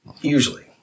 Usually